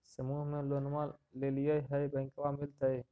समुह मे लोनवा लेलिऐ है बैंकवा मिलतै?